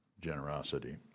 generosity